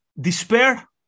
despair